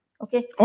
Okay